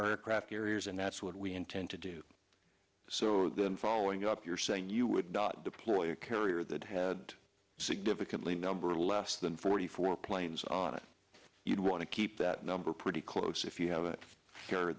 our craft carriers and that's what we intend to do so following up you're saying you would deploy a carrier that had significantly number less than forty four planes on it you'd want to keep that number pretty close if you have a